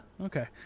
Okay